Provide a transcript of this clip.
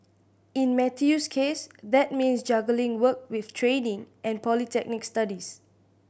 in Matthew's case that means juggling work with training and polytechnic studies